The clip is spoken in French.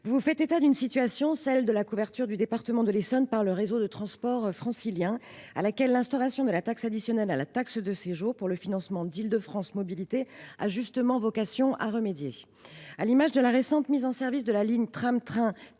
vous faites état d’une situation, celle de la couverture du département de l’Essonne par le réseau de transport francilien, à laquelle l’instauration de la taxe additionnelle à la taxe de séjour, pour le financement d’Île de France Mobilités, a justement vocation à remédier. À l’image de la récente mise en service de la ligne tram train T12,